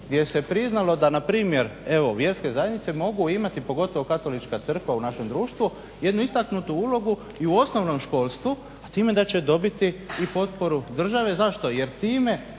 gdje se priznalo da npr. evo vjerske zajednice mogu imati, pogotovo katolička crkva u našem društvu, jednu istaknutu ulogu i u osnovnom školstvu, s time da će dobiti i potporu države. Zašto, jer time